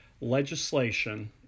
legislation